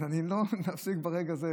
אז אני מפסיק ברגע זה.